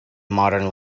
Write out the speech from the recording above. modern